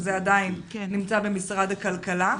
שזה עדיין נמצא במשרד הכלכלה,